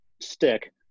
stick